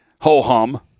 ho-hum